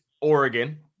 Oregon